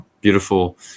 beautiful